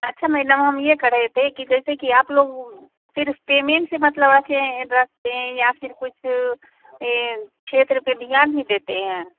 अच्छा मेडम हम ये कह रहे थे कि जैसे कि आप लोग सिर्फ़ पेमेंट से मतलब रखें हैं रख रहे हैं या फिर ये कुछ एँ क्षेत्र पे ध्यान भी देते हैं